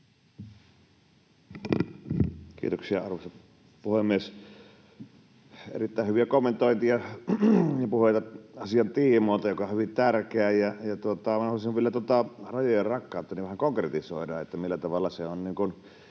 Kiitoksia, arvoisa puhemies! Erittäin hyviä kommentteja ja puheita asian tiimoilta, ja asia on hyvin tärkeä. — Haluaisin vielä tuota rajoja ja rakkautta vähän konkretisoida, että millä tavalla